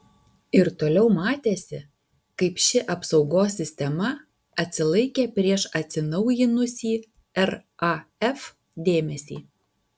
ir toliau matėsi kaip ši apsaugos sistema atsilaikė prieš atsinaujinusį raf dėmesį